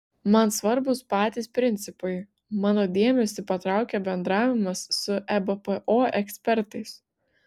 man svarbūs patys principai mano dėmesį patraukė bendravimas su ebpo ekspertais